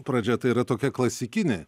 pradžia tai yra tokia klasikinė